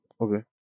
Okay